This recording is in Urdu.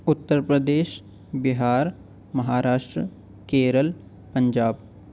اتر پردیش بہار مہاراشٹر کیرل پنجاب